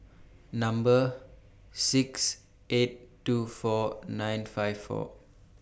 Number six eight two four nine five four